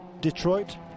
Detroit